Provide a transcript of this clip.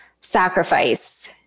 sacrifice